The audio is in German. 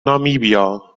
namibia